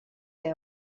deu